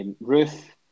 Ruth